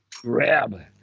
Grab